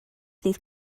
ddydd